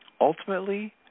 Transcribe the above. Ultimately